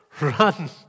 run